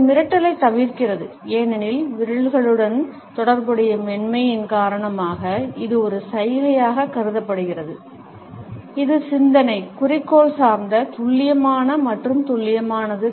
இது மிரட்டலைத் தவிர்க்கிறது ஏனெனில் விரல்களுடன் தொடர்புடைய மென்மையின் காரணமாக இது ஒரு சைகையாக கருதப்படுகிறது இது சிந்தனை குறிக்கோள் சார்ந்த துல்லியமான மற்றும் துல்லியமானது